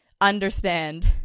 understand